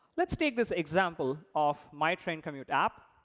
let's take this example of my train commute app,